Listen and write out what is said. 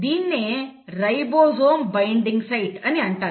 దీనినే ribosome binding site అని అంటారు